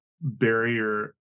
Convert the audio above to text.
barrier